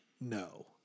No